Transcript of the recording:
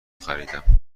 خریدم